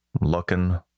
looking